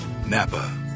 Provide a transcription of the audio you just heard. NAPA